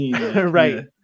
right